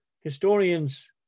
Historians